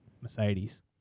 Mercedes